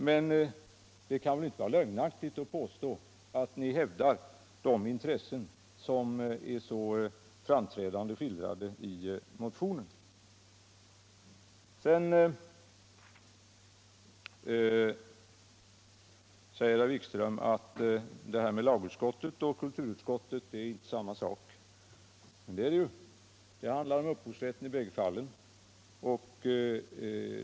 Men det kan väl inte vara lögnaktigt att påstå att ni hävdar de intressen som på ett så framträdande sätt skildras i motionen. Herr Wikström säger att lagutskottets och kulturutskottets uttalanden inte gäller samma sak. Jo, det gör de. Det handlar i bägge fallen om upphovsrätten.